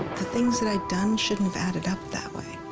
the things that i'he done shouldn't have added up that way